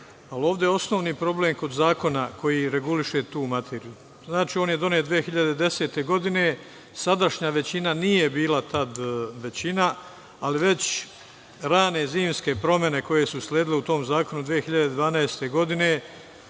ali ovde je osnovni problem kod zakona koji reguliše tu materiju. Znači, on je donet 2010. godine. Sadašnja većina nije bila tad većina, ali već rane zimske promene koje su usledile u tom zakonu 2012. godine